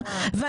ילדים.